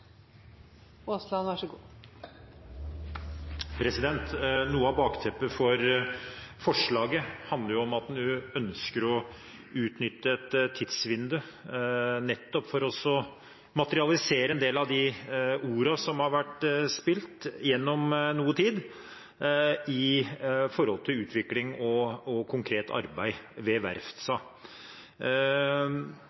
forslaget er at man ønsker å utnytte et tidsvindu, nettopp for å materialisere en del av de ordene som over noe tid har vært spilt inn når det gjelder utvikling og konkret arbeid ved